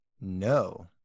No